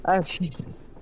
Jesus